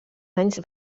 anys